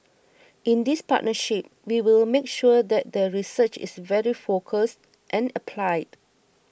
in this partnership we will make sure that the research is very focused and applied